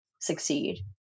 succeed